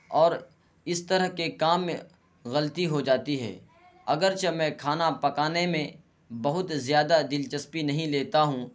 اور اس طرح کے کام میں غلطی ہو جاتی ہے اگرچہ میں کھانا پکانے میں بہت زیادہ دلچسپی نہیں لیتا ہوں